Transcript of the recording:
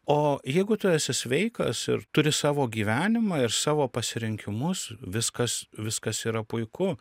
o jeigu tu esi sveikas ir turi savo gyvenimą ir savo pasirinkimus viskas viskas yra puiku